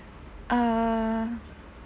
err